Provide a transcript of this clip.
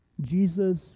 Jesus